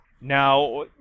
Now